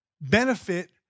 benefit